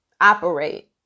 operate